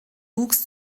wuchs